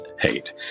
hate